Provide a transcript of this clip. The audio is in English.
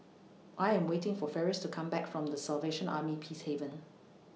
I Am waiting For Ferris to Come Back from The Salvation Army Peacehaven